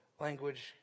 language